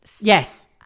Yes